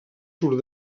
surt